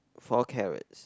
four carrots